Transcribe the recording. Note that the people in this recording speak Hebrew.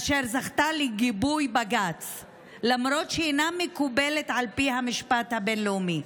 אשר זכתה לגיבוי בג"ץ למרות שאינה מקובלת על פי המשפט הבין-לאומי.